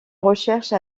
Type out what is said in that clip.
recherche